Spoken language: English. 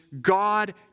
God